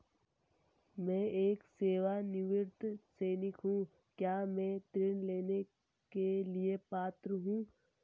मैं एक सेवानिवृत्त सैनिक हूँ क्या मैं ऋण लेने के लिए पात्र हूँ?